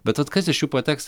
bet vat kas iš jų pateks